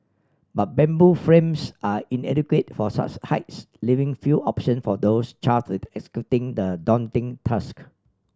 but bamboo frames are inadequate for such heights leaving few option for those charted executing the daunting task